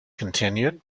continued